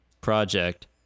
project